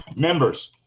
members,